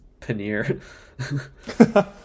paneer